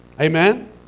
Amen